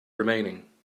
remaining